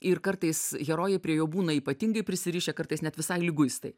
ir kartais herojai prie jo būna ypatingai prisirišę kartais net visai liguistai